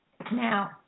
Now